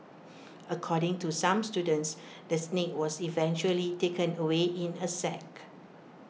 according to some students the snake was eventually taken away in A sack